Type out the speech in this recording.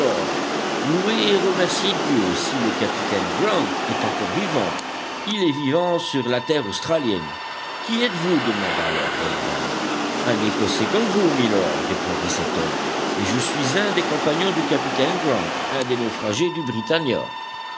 et remerciez dieu si le capitaine grant est encore vivant il est vivant sur la terre australienne qui êtes-vous demanda lord glenarvan un écossais comme vous milord répondit cet homme et je suis un des compagnons du capitaine grant un des naufragés du britannia